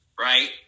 right